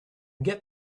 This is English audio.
get